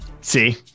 See